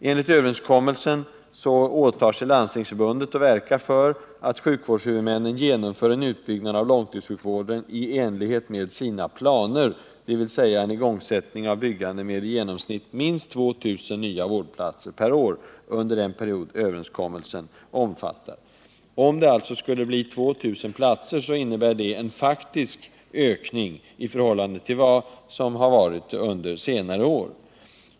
Enligt överenskommelsen åtar sig Landstingsförbundet att verka för att sjukvårdshuvudmännen genomför en utbyggnad av långtidssjukvården i enlighet med sina planer, dvs. en igångsättning av byggandet med minst 2 000 nya vårdplatser per år under den period överenskommelsen omfattar. Om det alltså skulle bli 2 000 platser, så innebär det en faktisk ökning i förhållande till tidigare år.